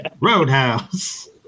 roadhouse